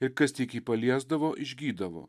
ir kas tik jį paliesdavo išgydavo